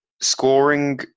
Scoring